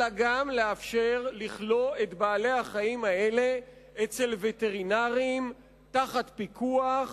אלא גם לאפשר לכלוא את בעלי-החיים האלה אצל וטרינרים תחת פיקוח,